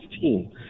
team